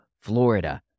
Florida